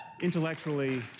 intellectually